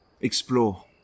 Explore